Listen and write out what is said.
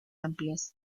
amplias